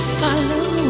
follow